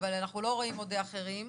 אנחנו לא רואים עוד אחרים,